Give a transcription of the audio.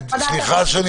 סליחה שאני